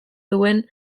duen